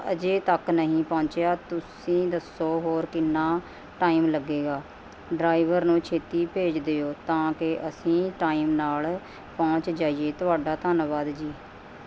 ਅਜੇ ਤੱਕ ਨਹੀਂ ਪਹੁੰਚਿਆ ਤੁਸੀਂ ਦੱਸੋ ਹੋਰ ਕਿੰਨਾ ਟਾਈਮ ਲੱਗੇਗਾ ਡਰਾਈਵਰ ਨੂੰ ਛੇਤੀ ਭੇਜ ਦਿਓ ਤਾਂ ਕਿ ਅਸੀਂ ਟਾਈਮ ਨਾਲ਼ ਪਹੁੰਚ ਜਾਈਏ ਤੁਹਾਡਾ ਧੰਨਵਾਦ ਜੀ